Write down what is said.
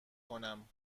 کنم